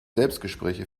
selbstgespräche